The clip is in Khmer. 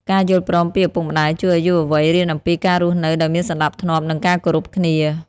ការយល់ព្រមពីឪពុកម្ដាយជួយឱ្យយុវវ័យរៀនអំពីការរស់នៅដោយមានសណ្តាប់ធ្នាប់ និងការគោរពគ្នា។